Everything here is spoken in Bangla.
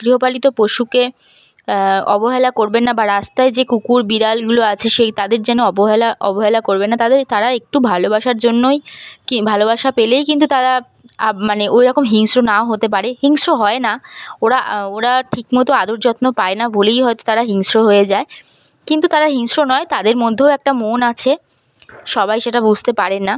গৃহপালিত পশুকে অবহেলা করবেন না বা রাস্তায় যে কুকুর বিড়ালগুলো আছে সেই তাদের যেন অবহেলা অবহেলা করবেন না তাদের তারা একটু ভালোবাসার জন্যই কি ভালোবাসা পেলেই কিন্তু তারা আপ মানে ওই রকম হিংস্র নাও হতে পারে হিংস্র হয় না ওরা ওরা ঠিকমতো আদর যত্ন পায় না বলেই হয়তো তারা হিংস্র হয়ে যায় কিন্তু তারা হিংস্র নয় তাদের মধ্যেও একটা মন আছে সবাই সেটা বুঝতে পারে না